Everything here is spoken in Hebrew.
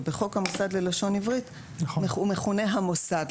ובחוק המוסד ללשון עברית הוא מכונה המוסד,